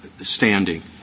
standing